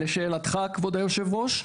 לשאלתך כבוד היושב-ראש?